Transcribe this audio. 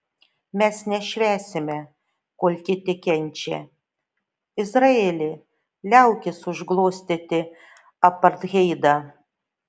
mes nešvęsime kol kiti kenčia izraeli liaukis užglostyti apartheidą